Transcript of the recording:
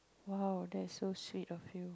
!wow! that is so sweet of you